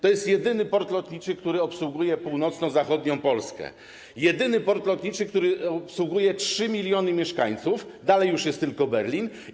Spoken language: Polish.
To jest jedyny port lotniczy, który obsługuje północno-zachodnią Polskę, jedyny port lotniczy, który obsługuje 3 mln mieszkańców, dalej jest już tylko Berlin.